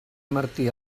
martí